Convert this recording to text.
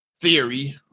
Theory